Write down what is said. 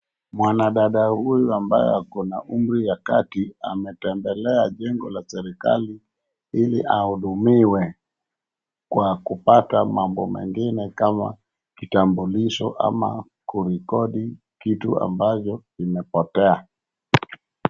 Mwanadada huyu ambaye ako na umri wa kati ametembelea jengo la serikali ili ahudumiwe kwa kupata mambo mengine kama kitambulisho ama kurekodi vitu ambavyo vimepotea.